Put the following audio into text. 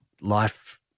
life